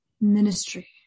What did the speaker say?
ministry